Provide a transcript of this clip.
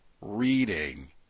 Reading